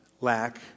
lack